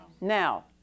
Now